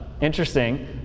interesting